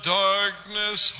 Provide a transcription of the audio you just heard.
darkness